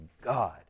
God